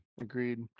agreed